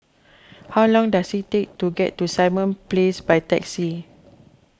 how long does it take to get to Simon Place by taxi